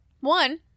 one